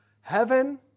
Heaven